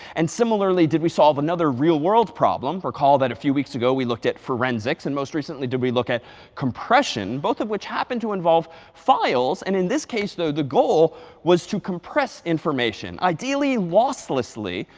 and similarly did we solve another real world problem. recall that a few weeks ago we looked at forensics, and most recently did we look at compression, both of which happen to involve files. and in this case, the goal was to compress information, ideally losslessly,